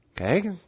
okay